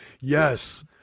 Yes